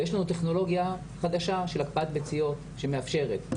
ויש לנו טכנולוגיה חדשה של הקפאת ביציות שמאפשרת.